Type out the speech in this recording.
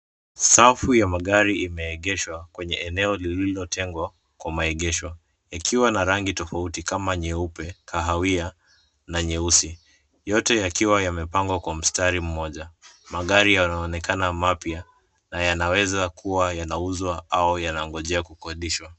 Safu ya magari imeegeshwa kwenye eneo lilotengwa kwa maegesho, yakiwa na rangi tofauti kama nyeupe, kahawia na nyeusi, yote yakiwa yamepangwa kwa mstari moja. Magari yanaonekana mapya na yanaweza kuwa yanauzwa au yanangojea kukodishwa.